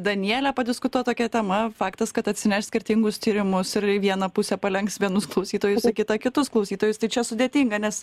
danielę padiskutuot tokia tema faktas kad atsineš skirtingus tyrimus ir į vieną pusę palenks vienus klausytojus į kitą kitus klausytojus tai čia sudėtinga nes